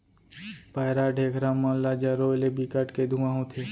पैरा, ढेखरा मन ल जरोए ले बिकट के धुंआ होथे